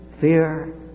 fear